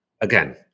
Again